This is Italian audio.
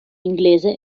inglese